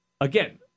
again